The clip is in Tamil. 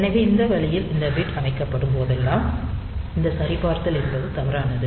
எனவே இந்த வழியில் இந்த பிட் அமைக்கப்படும் போதெல்லாம் இந்த சரிபார்த்தல் என்பது தவறானது